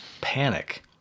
panic